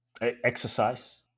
exercise